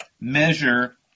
measure